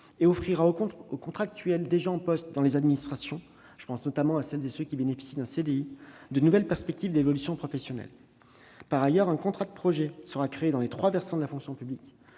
et offrira aux contractuels déjà en poste dans l'administration- je pense notamment à ceux qui bénéficient d'un CDI -de nouvelles perspectives d'évolution professionnelle. Par ailleurs, un contrat de projet sera créé dans les trois versants de la fonction publique.